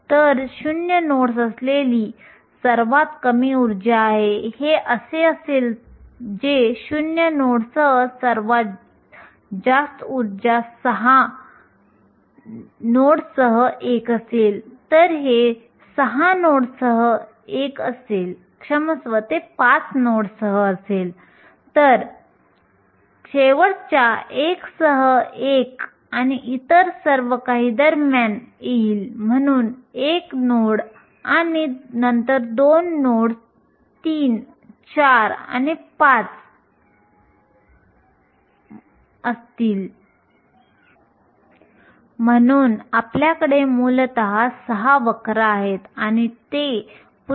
तर हे स्पष्ट करते सिलिकॉन अपारदर्शक आहे कारण दृश्यमान प्रकाशाची तरंगलांबी 1000 नॅनोमीटरपेक्षा कमी आहे दृश्यमान श्रेणी 400 ते 800 नॅनोमीटर आहे याचा अर्थ सिलिकॉन दृश्यमान प्रकाश शोषून घेण्यासाठी आणि इलेक्ट्रॉन आणि छिद्र निर्माण करण्यासाठी सक्षम असेल